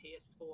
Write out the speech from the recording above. PS4